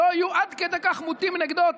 שלא יהיו עד כדי כך מוטים נגדו,